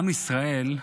עם ישראל,